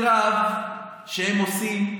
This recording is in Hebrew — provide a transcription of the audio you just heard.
קרב שהם עושים,